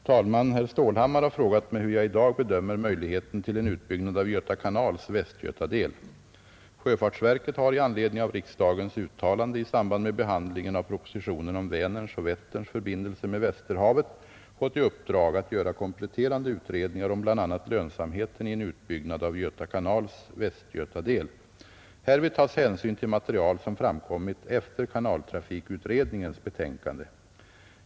Fru talman! Herr Stålhammar har frågat mig hur jag i dag bedömer möjligheten till en utbyggnad av Göta kanals västgötadel. Sjöfartsverket har i anledning av riksdagens uttalande i samband med behandlingen av propositionen om Vänerns och Vätterns förbindelse med Västerhavet fått i uppdrag att göra kompletterande utredningar om bl.a. lönsamheten i en utbyggnad av Göta kanals västgötadel. Härvid tas hänsyn till material som framkommit efter kanaltrafikutredningens betänkande.